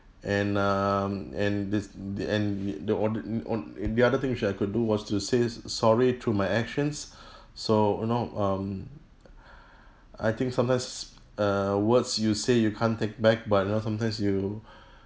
and um and this the and the o~ o~ the other thing which I could do was to say sorry through my actions so you know um I think sometimes err words you say you can't take back but you know sometimes you